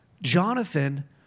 Jonathan